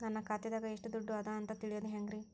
ನನ್ನ ಖಾತೆದಾಗ ಎಷ್ಟ ದುಡ್ಡು ಅದ ಅಂತ ತಿಳಿಯೋದು ಹ್ಯಾಂಗ್ರಿ?